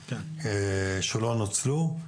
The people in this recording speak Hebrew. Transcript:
שלא נוצלו.